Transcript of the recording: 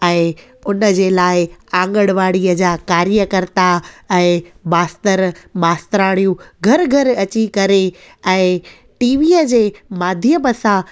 ऐं उन जे लाइ आंगड़वाड़ीअ जा कार्यकर्ता ऐं मास्तर मास्तरणाइयूं घर घर अची करे ऐं टीवीअ जे माध्यम सां